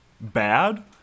bad